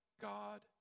God